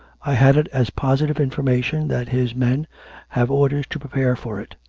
i had it as positive information that his men have orders to prepare for it.